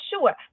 sure